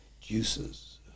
Juices